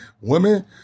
women